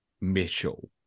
Mitchell